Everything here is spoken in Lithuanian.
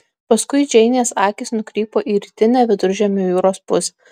paskui džeinės akys nukrypo į rytinę viduržemio jūros pusę